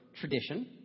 tradition